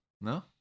No